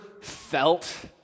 felt